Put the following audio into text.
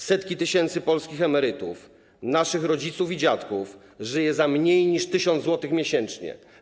Setki tysięcy polskich emerytów, naszych rodziców i dziadków, żyje za mniej niż 1 tys. zł miesięcznie.